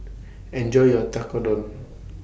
Enjoy your Tekkadon